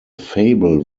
fable